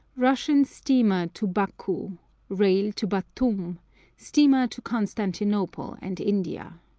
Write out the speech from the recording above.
russian steamer to baku rail to batoum steamer to constantinople and india.